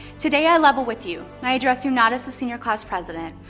today, i level with you, and i address you not as a senior class president,